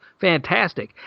fantastic